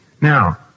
Now